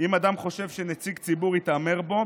אם אדם חושב שנציג ציבור התעמר בו.